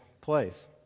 place